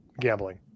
gambling